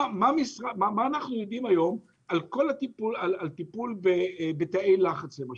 מה אנחנו יודעים היום על טיפול בתאי לחץ, למשל.